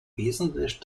wesentlich